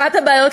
אחת הבעיות,